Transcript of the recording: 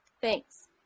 Thanks